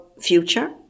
future